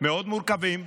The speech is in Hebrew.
מאוד מורכבים,